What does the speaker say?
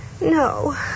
No